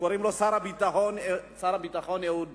קוראים לו אהוד ברק,